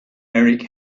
erik